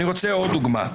אני רוצה עוד דוגמה.